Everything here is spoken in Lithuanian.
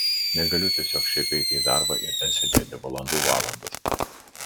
negaliu tiesiog šiaip eiti į darbą ir ten sėdėti valandų valandas